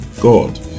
God